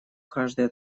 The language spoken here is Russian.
каждое